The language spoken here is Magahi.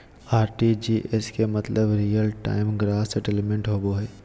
आर.टी.जी.एस के मतलब रियल टाइम ग्रॉस सेटलमेंट होबो हय